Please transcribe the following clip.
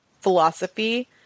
philosophy